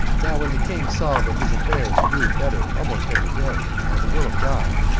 now when the king saw that his affairs grew better almost every day, by the will of god,